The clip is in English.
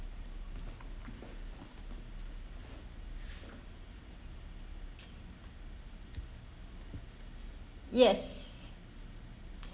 yes